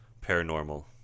paranormal